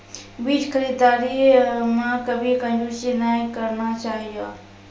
बीज खरीददारी मॅ कभी कंजूसी नाय करना चाहियो